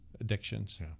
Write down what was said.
Addictions